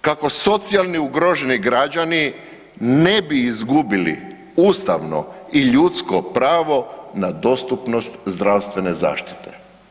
kako socijalno ugroženi građani ne bi izgubili ustavno i ljudsko pravo na dostupnost zdravstvene zaštite.